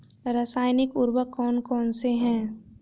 रासायनिक उर्वरक कौन कौनसे हैं?